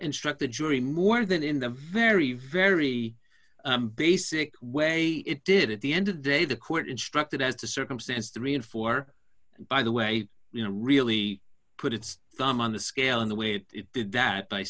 instruct the jury more than in the very very basic way it did at the end of the day the court instructed as to circumstance three and four by the way you know really put its thumb on the scale in the way that it did that by